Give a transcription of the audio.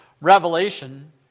Revelation